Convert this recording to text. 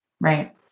Right